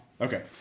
Okay